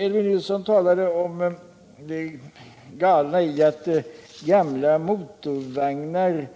Elvy Nilsson talade om det galna i att gamla motorvagnar